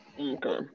Okay